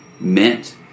Meant